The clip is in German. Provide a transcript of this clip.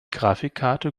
grafikkarte